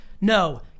no